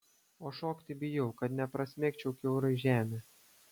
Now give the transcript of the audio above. o šokti bijau kad neprasmegčiau kiaurai žemę